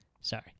Sorry